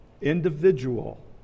individual